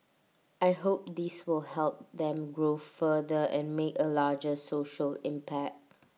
I hope this will help them grow further and make A larger social impact